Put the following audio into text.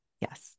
yes